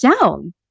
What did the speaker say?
down